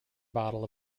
bottle